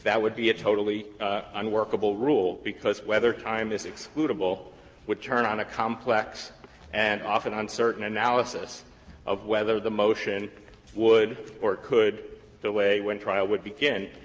would be a totally unworkable rule because whether time is excludable would turn on a complex and often uncertain analysis of whether the motion would or could delay when trial would begin,